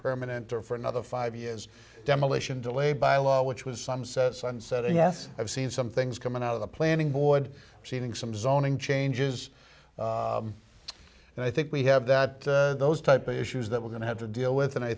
permanent or for another five years demolition delay by law which was some set sunset and yes i've seen some things coming out of the planning board seeing some zoning changes and i think we have that those type of issues that we're going to have to deal with and i